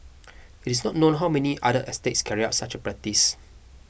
it is not known how many other estates carried out such a practice